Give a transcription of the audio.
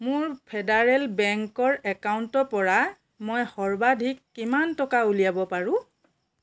মোৰ ফেডাৰেল বেংকৰ একাউণ্টৰ পৰা মই সৰ্বাধিক কিমান টকা উলিয়াব পাৰোঁ